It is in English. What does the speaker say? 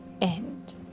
end